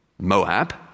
Moab